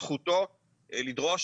זכותו לדרוש